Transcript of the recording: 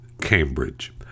Cambridge